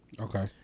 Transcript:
okay